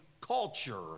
culture